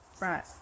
Right